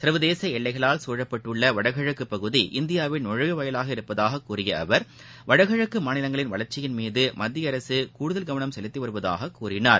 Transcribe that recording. சர்வதேச எல்லைகளால் சூழப்பட்டுள்ள வடகிழக்குப்பகுதி இந்தியாவின் நுழைவு வாயிலாக இருப்பதாகக் கூறிய அவர் வடகிழக்கு மாநிலங்களின் வளர்க்சியின் மீது மத்திய அரசு கூடுதல் கவனம் செலுத்தி வருவதாகக் கூறினார்